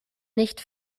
nicht